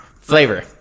Flavor